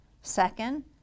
Second